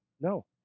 No